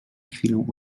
chwilę